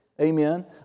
Amen